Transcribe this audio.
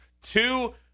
Two